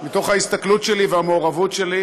מתוך ההסתכלות שלי והמעורבות שלי,